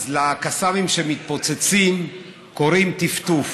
אז לקסאמים שמתפוצצים קוראים טפטוף,